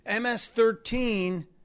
MS-13